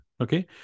Okay